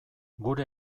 gure